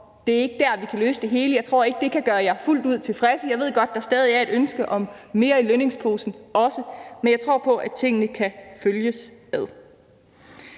Det er ikke der, vi kan løse det hele; jeg tror ikke, det kan gøre jer fuldt ud tilfredse. Jeg ved godt, at der stadig er et ønske om mere i lønningsposen også, men jeg tror på, at tingene kan følges ad.